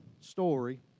story